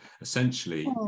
essentially